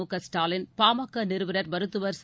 முகஸ்டாலின் பாமக நிறுவனர் மருத்துவர் ச